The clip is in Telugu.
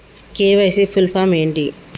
కే.వై.సీ ఫుల్ ఫామ్ ఏంటి?